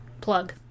Plug